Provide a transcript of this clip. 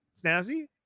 Snazzy